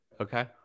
Okay